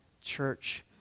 church